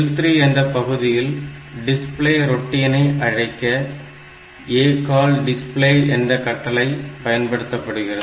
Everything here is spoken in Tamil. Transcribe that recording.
L3 என்ற பகுதியில் டிஸ்ப்ளே ரொட்டினை அழைக்க ACALL display என்ற கட்டளை பயன்படுத்தப்படுகிறது